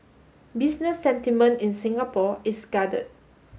business sentiment in Singapore is guarded